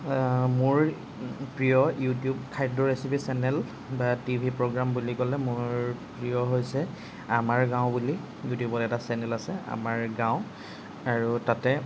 মোৰ প্ৰিয় ইউটিউব খাদ্য ৰেচিপি চেনেল বা টিভি প্ৰগ্ৰাম বুলি ক'লে মোৰ প্ৰিয় হৈছে আমাৰ গাঁও বুলি ইউটিউবত এটা চেনেল আছে আমাৰ গাঁও আৰু তাতে